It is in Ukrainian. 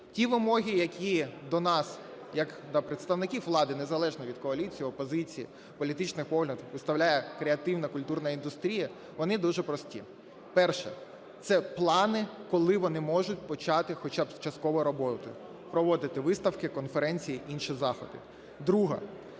Ті вимоги, які до нас як до представників влади, незалежно від коаліції, опозиції, політичний погляд, виставляє креативна культурна індустрія, вони дуже прості. Перше. Це плани, коли вони можуть почати хоча б частково роботу, проводити виставки, конференції, інші заходи. Друге.